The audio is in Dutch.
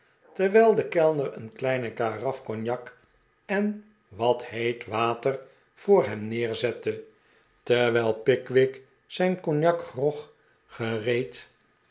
terwijl de kellner een kleine karaf cognac en wat heet water voor hem neerzette terwijl pickwick zijn cognacgrog gereed